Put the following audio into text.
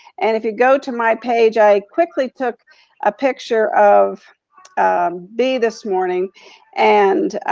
and if you go to my page, i quickly took a picture of bee this morning and,